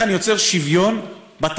איך אני יוצר שוויון בתחרות.